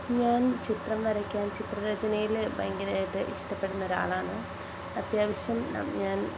ഞാൻ ചിത്രം വരയ്ക്കാൻ ചിത്രരചനയില് ഭയങ്കരമായിട്ട് ഇഷ്ടപ്പെടുന്നൊരാളാണ് അത്യാവശ്യം ഞാൻ